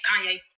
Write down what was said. Kanye